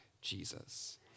Jesus